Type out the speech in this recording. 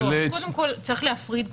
צריך להפריד,